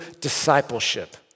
discipleship